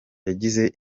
yagize